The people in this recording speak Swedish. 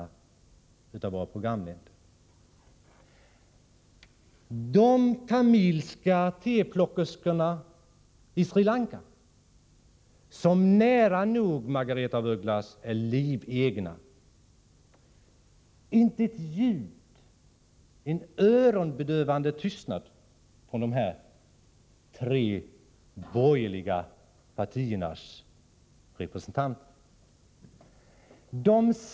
De tamilska teplockerskorna på Sri Lanka är nära nog livegna, Margaretha af Ugglas. Om det hör man inte ett ljud. Det är en ”öronbedövande tystnad” bland de tre borgerliga partiernas representanter.